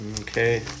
Okay